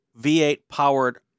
V8-powered